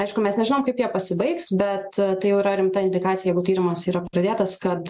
aišku mes nežinom kaip jie pasibaigs bet tai jau yra rimta indikacija jeigu tyrimas yra pradėtas kad